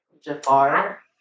Jafar